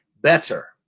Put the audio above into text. better